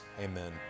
Amen